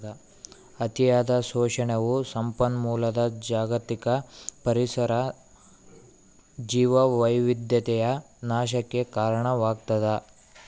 ಅತಿಯಾದ ಶೋಷಣೆಯು ಸಂಪನ್ಮೂಲದ ಜಾಗತಿಕ ಪರಿಸರ ಜೀವವೈವಿಧ್ಯತೆಯ ನಾಶಕ್ಕೆ ಕಾರಣವಾಗ್ತದ